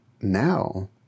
now